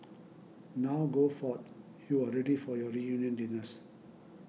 now go forth you are ready for your reunion dinners